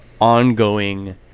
ongoing